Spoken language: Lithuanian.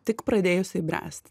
tik pradėjusiai bręsti